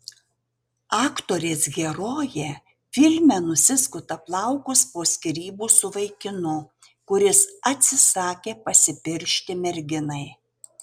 aktorės herojė filme nusiskuta plaukus po skyrybų su vaikinu kuris atsisakė pasipiršti merginai